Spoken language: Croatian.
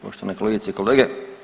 Poštovane kolegice i kolege.